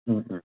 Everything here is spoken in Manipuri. ꯎꯝ ꯎꯝ